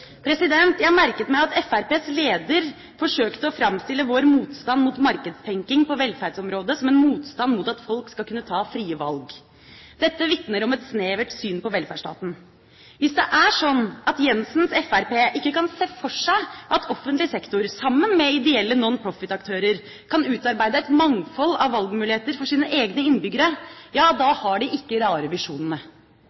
Jeg merket meg at Fremskrittspartiets leder forsøkte å framstille vår motstand mot markedstenking på velferdsområdet som en motstand mot at folk skal kunne ta frie valg. Dette vitner om et snevert syn på velferdsstaten. Hvis det er sånn at Jensens fremskrittsparti ikke kan se for seg at offentlig sektor sammen med ideelle nonprofitaktører kan utarbeide et mangfold av valgmuligheter for sine egne innbyggere, ja da